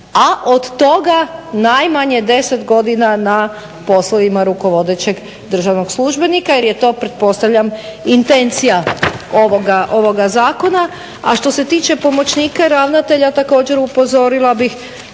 a od toga najmanje 10 godina na poslovima rukovodećeg državnog službenika jer je to pretpostavljam intencija ovoga zakona. A što se tiče pomoćnika ravnatelja također upozorila bih